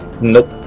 Nope